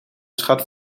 schat